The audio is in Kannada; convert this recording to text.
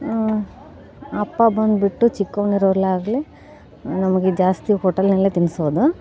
ಅಪ್ಪ ಬಂದ್ಬಿಟ್ಟು ಚಿಕ್ಕವನಿರುವಲ್ಲಾಗಲಿ ನಮಗೆ ಜಾಸ್ತಿ ಹೋಟೆಲಿನಲ್ಲೆ ತಿನ್ನಿಸೋದು